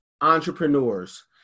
entrepreneurs